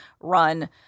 run